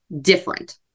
different